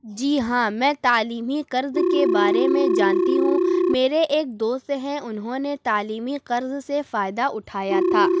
جی ہاں میں تعلیمی قرض کے بارے میں جانتی ہوں میرے ایک دوست ہیں انہوں نے تعلیمی قرض سے فائدہ اٹھایا تھا